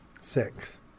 Six